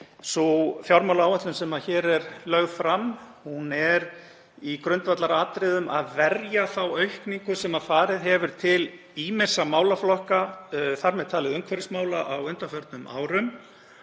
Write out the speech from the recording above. Sú fjármálaáætlun sem hér er lögð fram ver í grundvallaratriðum þá aukningu sem farið hefur til ýmissa málaflokka, þar með talið til umhverfismála, á undanförnum árum.